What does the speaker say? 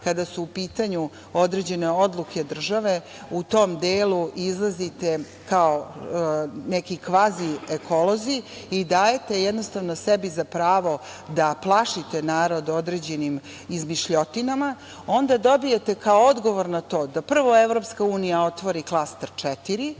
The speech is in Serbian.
kada su u pitanju određene odluke, države u tom delu izlazite kao neki kvazi ekolozi i dajete jednostavno sebi za pravo da plašite narod određenim izmišljotinama, onda dobijete kao odgovor na to da prvo Evropska unija otvori klaster 4,